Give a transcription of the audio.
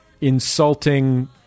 insulting